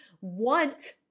want